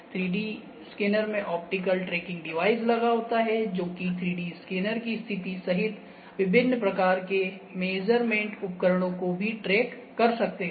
3D scanner में optical tracking device लगा होता है जो की 3D स्कैनर की स्थिति सहित विभिन्न प्रकार के मेजरमेंट उपकरणों को भी ट्रैक कर सकते हैं